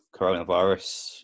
coronavirus